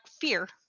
fear